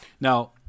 Now